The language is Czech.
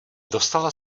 dostala